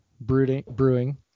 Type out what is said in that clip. Brewing